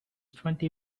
twenty